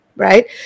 right